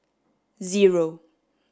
zero